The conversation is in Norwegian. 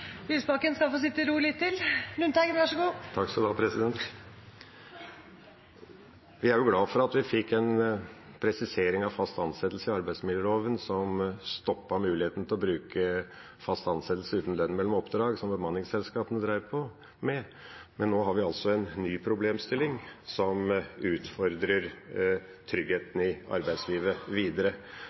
Lundteigen – til oppfølgingsspørsmål. Jeg er glad for at vi fikk en presisering av fast ansettelse i arbeidsmiljøloven som stoppet muligheten til å bruke fast ansettelse uten lønn mellom oppdrag, som bemanningsselskapene drev på med. Men nå har vi altså en ny problemstilling som utfordrer tryggheten i arbeidslivet.